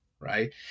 Right